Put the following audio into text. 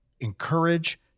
encourage